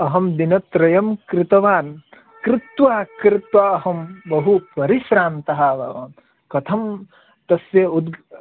अहं दिनत्रयं कृतवान् कृत्वा कृत्वा अहं बहुपरिश्रान्तः अभवम् कथं तस्य उद्